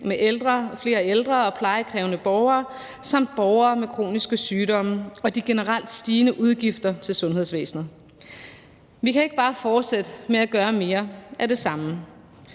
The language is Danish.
med flere ældre og plejekrævende borgere samt borgere med kroniske sygdomme og de generelt stigende udgifter til sundhedsvæsenet. Vi kan ikke bare fortsætte med at gøre mere af det samme,